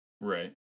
right